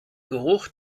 geruch